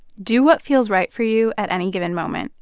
do what feels right for you at any given moment.